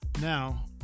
Now